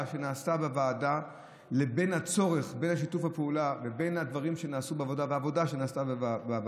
שנעשה בוועדה ובין הדברים שנעשו בוועדה